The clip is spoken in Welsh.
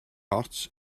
ots